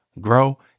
grow